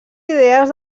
idees